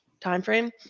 timeframe